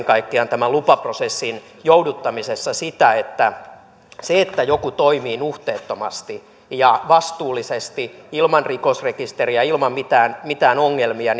kaikkiaan tämän lupaprosessin jouduttamisessa sitä että sen että joku toimii nuhteettomasti ja vastuullisesti ilman rikosrekisteriä ilman mitään mitään ongelmia